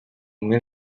mil